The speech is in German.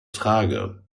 trage